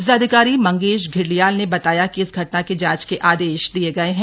जिलाधिकारी मंगेश घिल्डियाल ने बताया कि इस घटना के जांच के आदेश दिए गए हैं